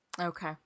Okay